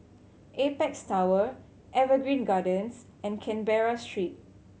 Apex Tower Evergreen Gardens and Canberra Street